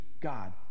god